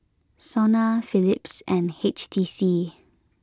Sona Philips and H T C